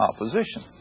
opposition